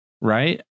right